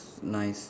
nice